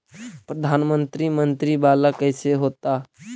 प्रधानमंत्री मंत्री वाला कैसे होता?